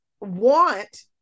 want